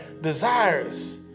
desires